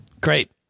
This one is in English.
Great